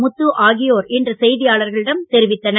முத்து ஆகியோர் இன்று செய்தியாளர்களிடம் தெரிவித்தனர்